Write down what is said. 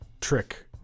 Trick